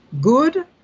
good